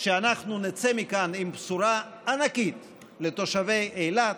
שאנחנו נצא מכאן עם בשורה ענקית לתושבי אילת,